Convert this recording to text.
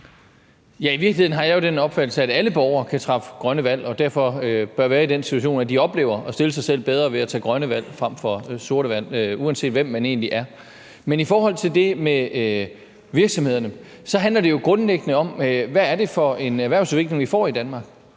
I virkeligheden har jeg jo den opfattelse, at alle borgere kan træffe grønne valg og derfor bør være i den situation, at de oplever at stille sig selv bedre ved at træffe grønne valg frem for sorte valg, uanset hvem de egentlig er. Men i forhold til det med virksomhederne handler det jo grundlæggende om, hvad det er for en erhvervsudvikling, vi får i Danmark.